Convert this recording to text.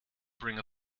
bring